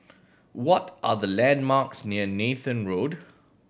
what are the landmarks near Nathan Road